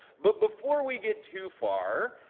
but before we get too far,